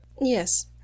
Yes